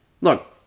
look